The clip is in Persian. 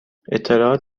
اطلاعات